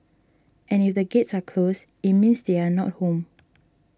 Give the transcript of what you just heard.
and if the gates are closed it means they are not home